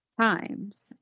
times